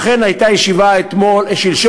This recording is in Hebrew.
אכן, הייתה ישיבה שלשום